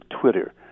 Twitter